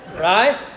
right